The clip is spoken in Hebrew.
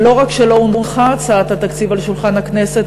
ולא רק שלא הונחה הצעת התקציב על שולחן הכנסת,